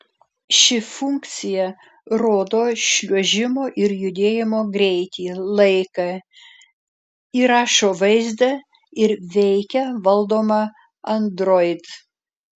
ši funkcija rodo šliuožimo ir judėjimo greitį laiką įrašo vaizdą ir veikia valdoma android